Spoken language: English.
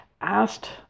asked